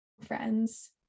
friends